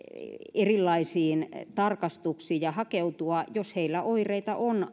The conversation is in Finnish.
erilaisiin tarkastuksiin ja hakeutua hoitoon jos heillä oireita on